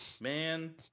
Man